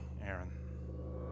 Aaron